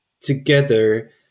together